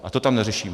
A to tam neřešíme.